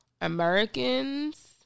Americans